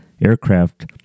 aircraft